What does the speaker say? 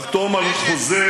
אין מחשבה מחודשת?